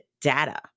data